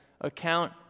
account